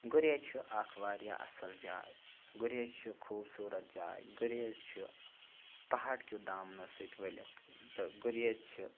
گُریز چھِ اَکھ واریاہ اَصٕل جاے گُریز چھِ خوٗبصوٗرت جاے گُریز چھِ پہاڑکہِ دامنہٕ سۭتۍ ؤلِتھ تہٕ گُریز چھِ